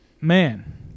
Man